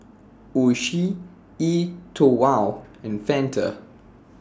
Oishi E TWOW and Fanta